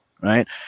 right